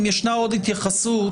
אם יש עוד התייחסות,